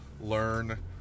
learn